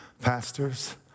pastors